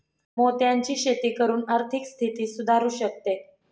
मोत्यांची शेती करून आर्थिक स्थिती सुधारु शकते